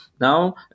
Now